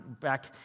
back